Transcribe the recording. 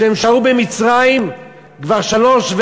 ששהו במצרים כבר שלוש,